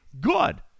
good